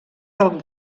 del